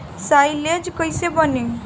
Silage कईसे बनी?